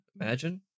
Imagine